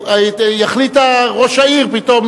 יחליט ראש העיר פתאום